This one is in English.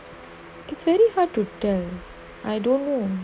it's very hard to turn I don't know